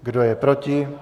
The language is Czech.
Kdo je proti?